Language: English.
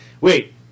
wait